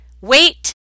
wait